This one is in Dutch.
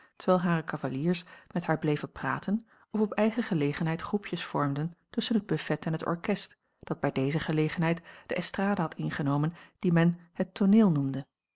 terwijl hare cavaliers met haar bleven praten of op eigen gelegenheid groepjes vormden tusschen het buffet en t orkest dat bij deze gelegenheid de estrade had ingenomen die men het tooneel noemde